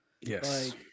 yes